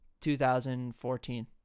2014